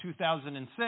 2006